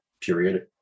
period